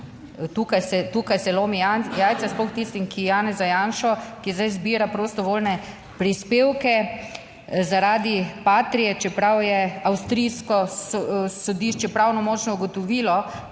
tukaj se lomi jajca sploh tistim, ki Janeza Janšo, ki zdaj zbira prostovoljne prispevke zaradi Patrie, čeprav je avstrijsko sodišče pravnomočno ugotovilo,